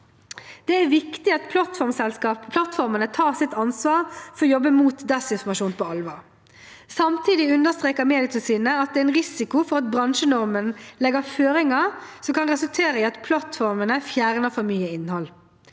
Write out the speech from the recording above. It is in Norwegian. Det er viktig at plattformene tar sitt ansvar for å jobbe mot desinformasjon på alvor. Samtidig understreker Medietilsynet at det er en risiko for at bransjenormen legger føringer som kan resultere i at plattformene fjerner for mye innhold.